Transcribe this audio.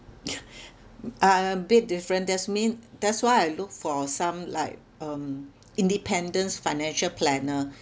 uh a bit different that's mean that's why I look for some like um independence financial planner